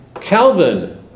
Calvin